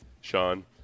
Sean